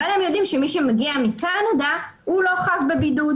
אבל יודעים שמי שמגיע מקנדה, הוא לא חב בבידוד.